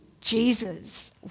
Jesus